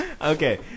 Okay